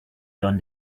done